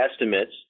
estimates